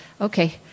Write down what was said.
Okay